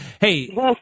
Hey